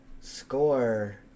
score